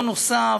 בהון נוסף,